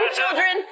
children